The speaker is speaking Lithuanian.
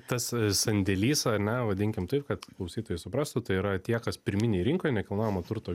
tas sandėlis ar ne vadinkim taip kad klausytojai suprastų tai yra tie kas pirminėj rinkoj nekilnojamo turto